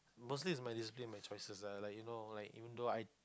mostly is my discipline my choices lah like you know even though I